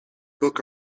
book